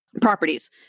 properties